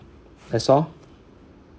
that's all